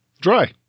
Dry